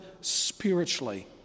spiritually